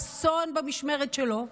האסון במשמרת שלו,